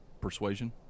Persuasion